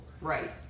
right